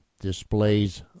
displays